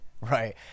Right